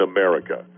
America